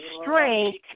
strength